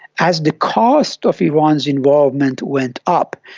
as the cost of iran's involvement went up,